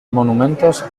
monumentos